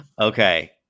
Okay